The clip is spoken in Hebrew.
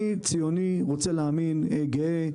(היו"ר אריאל קלנר, 13:35) אני ציוני גאה.